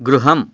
गृहम्